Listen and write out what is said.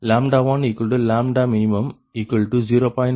18 Pg1min41 ஆகும்